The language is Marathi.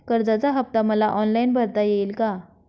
कर्जाचा हफ्ता मला ऑनलाईन भरता येईल का?